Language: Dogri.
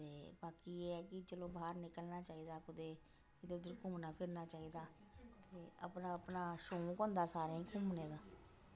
ते बाकी एह् ऐ कि चलो बाह्र निकलना चाहिदा कुदै उद्धर घूमना फिरना चाहिदा ते अपना अपना शौंक होंदा सारें घूमने दा